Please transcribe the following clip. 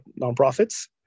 nonprofits